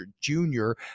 junior